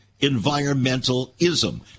environmentalism